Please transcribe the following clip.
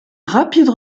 rapide